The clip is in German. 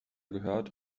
gehört